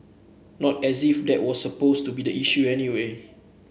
not as if that was supposed to be the issue anyway